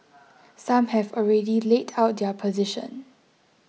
some have already laid out their position